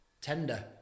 tender